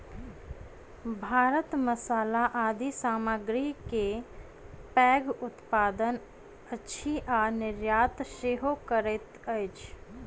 भारत मसाला आदि सामग्री के पैघ उत्पादक अछि आ निर्यात सेहो करैत अछि